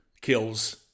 kills